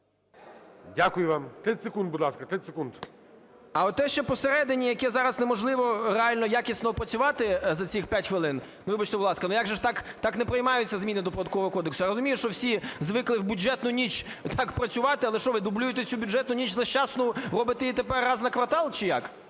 Дякую вам. 30 секунд, будь ласка, 30 секунд. ЛЕВЧЕНКО Ю.В. А от те, що посередині, яке зараз неможливо реально якісно опрацювати за цих 5 хвилин… Ну, вибачте, будь ласка, ну, як же ж так… Так не приймаються зміни до Податкового кодексу. Я розумію, що всі звикли в бюджетну ніч так працювати, але що, ви дублюєте цю бюджетну ніч злощасну, робите її тепер раз на квартал, чи як?